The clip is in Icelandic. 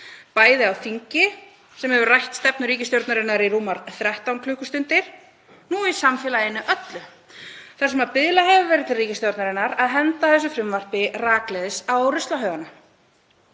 bæði á þingi, sem hefur rætt stefnu ríkisstjórnarinnar í rúmar 13 klukkustundir, og í samfélaginu öllu, þar sem biðlað hefur verið til ríkisstjórnarinnar um að henda þessu frumvarpi rakleiðis á ruslahaugana.